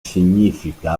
significa